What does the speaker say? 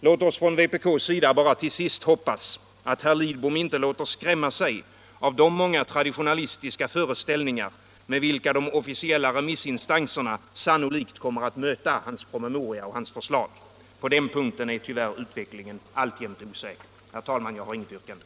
Låt oss från vpk:s sida bara hoppas att herr Lidbom inte låter skrämma sig av de traditionalistiska föreställningar med vilka de officiella remissinstanserna sannolikt kommer att möta hans promemoria och hans förslag. På den punkten är tyvärr utvecklingen alltjämt osäker. Herr talman! Jag har inget yrkande.